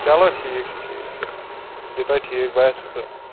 چلو ٹھیٖک چھُ ٹھیٖک چھُ یہِ تۄہہِ ٹھیٖک باسیو تہٕ